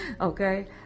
okay